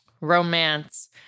romance